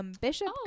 Bishop